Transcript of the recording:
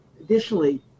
Additionally